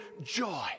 joy